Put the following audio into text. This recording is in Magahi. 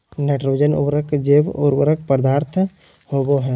नाइट्रोजन उर्वरक जैव उर्वरक पदार्थ होबो हइ